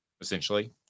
essentially